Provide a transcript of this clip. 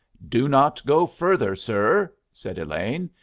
do not go further, sir, said elaine.